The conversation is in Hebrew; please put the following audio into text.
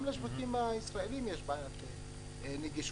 גם לשווקים הישראלים יש בעיית נגישות,